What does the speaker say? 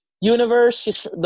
universe